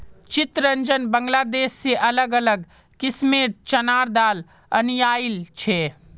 चितरंजन बांग्लादेश से अलग अलग किस्मेंर चनार दाल अनियाइल छे